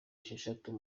esheshatu